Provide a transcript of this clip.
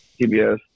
TBS